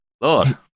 Lord